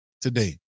today